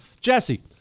Jesse